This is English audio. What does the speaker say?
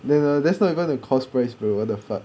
那个 that's not even the cost price bro what the fuck